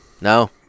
No